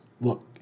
Look